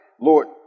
Lord